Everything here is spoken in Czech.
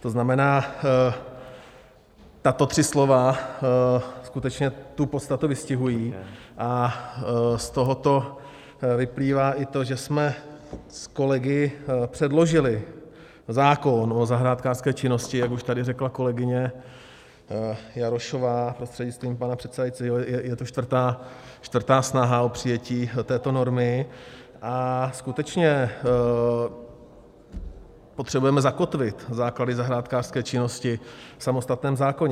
To znamená, tato tři slova skutečně tu podstatu vystihují a z tohoto vyplývá i to, že jsme s kolegy předložili zákon o zahrádkářské činnosti, jak už tady řekla kolegyně Jarošová prostřednictvím pana předsedajícího, je to čtvrtá snaha o přijetí této normy, a skutečně potřebujeme zakotvit základy zahrádkářské činnosti v samostatném zákoně.